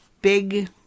big